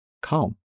calm